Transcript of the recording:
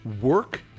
work